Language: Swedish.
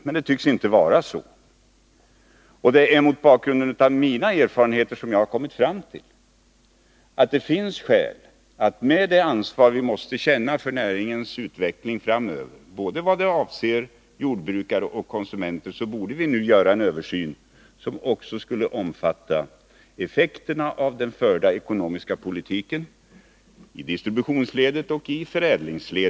Men det tycks inte vara så. Det är mot bakgrunden av mina erfarenheter som jag kommit fram till att det finns skäl att med det ansvar vi måste känna för näringens utveckling framöver — både i vad avser jordbrukare och konsumenter — göra en översyn som också skulle omfatta effekterna av den förda ekonomiska politiken i distributionsledet och i förädlingsledet.